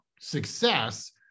success